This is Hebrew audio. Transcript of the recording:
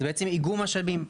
זה בעצם איגום משאבים.